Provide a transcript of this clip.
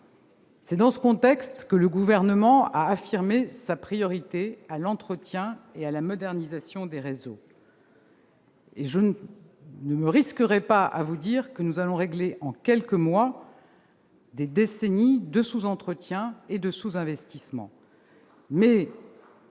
C'est dans ce contexte que le Gouvernement a donné la priorité à l'entretien et à la modernisation des réseaux. Je ne me risquerai pas à vous dire que nous allons remédier en quelques mois à des décennies de sous-entretien et de sous-investissement,